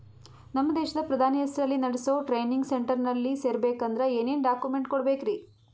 ನಮ್ಮ ದೇಶದ ಪ್ರಧಾನಿ ಹೆಸರಲ್ಲಿ ನೆಡಸೋ ಟ್ರೈನಿಂಗ್ ಸೆಂಟರ್ನಲ್ಲಿ ಸೇರ್ಬೇಕಂದ್ರ ಏನೇನ್ ಡಾಕ್ಯುಮೆಂಟ್ ಕೊಡಬೇಕ್ರಿ?